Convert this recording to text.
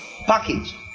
package